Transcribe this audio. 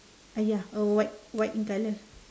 uh ya white white in colour